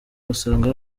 basanga